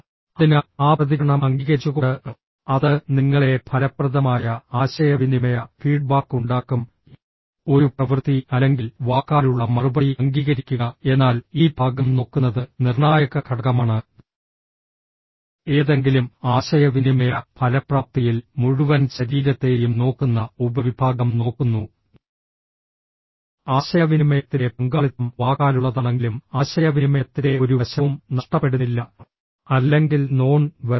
അതിനാൽ ആ പ്രതികരണം അംഗീകരിച്ചുകൊണ്ട് അത് നിങ്ങളെ ഫലപ്രദമായ ആശയവിനിമയ ഫീഡ്ബാക്ക് ഉണ്ടാക്കും ഒരു പ്രവൃത്തി അല്ലെങ്കിൽ വാക്കാലുള്ള മറുപടി അംഗീകരിക്കുക എന്നാൽ ഈ ഭാഗം നോക്കുന്നത് നിർണ്ണായക ഘടകമാണ് ഏതെങ്കിലും ആശയവിനിമയ ഫലപ്രാപ്തിയിൽ മുഴുവൻ ശരീരത്തെയും നോക്കുന്ന ഉപവിഭാഗം നോക്കുന്നു ആശയവിനിമയത്തിലെ പങ്കാളിത്തം വാക്കാലുള്ളതാണെങ്കിലും ആശയവിനിമയത്തിന്റെ ഒരു വശവും നഷ്ടപ്പെടുന്നില്ല അല്ലെങ്കിൽ നോൺ വെർബൽ